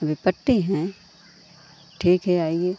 अभी पट्टी हैं ठीक है आइए